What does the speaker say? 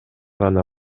гана